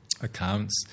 accounts